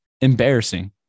embarrassing